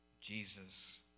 Jesus